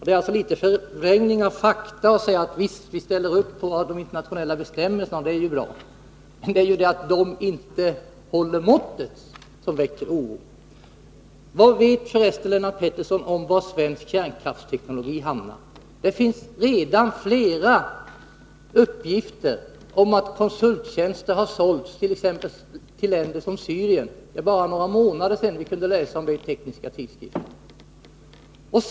Det är en förvrängning av fakta att säga: Vi ställer upp på de internationella bestämmelserna, och det är ju bra. — Det är just det att dessa bestämmelser inte håller måttet som väcker oro. Vad vet Lennart Pettersson om var svensk kärnkraftsteknologi hamnar? Det finns redan flera uppgifter om att konsulttjänster har sålts t.ex. till ett land som Syrien. För bara några månader sedan kunde vi läsa om det i tekniska tidskrifter.